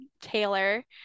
Taylor